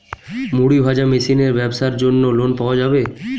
মুড়ি ভাজা মেশিনের ব্যাবসার জন্য লোন পাওয়া যাবে?